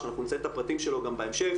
שאנחנו נציין את הפרטים שלו גם בהמשך,